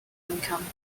income